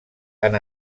han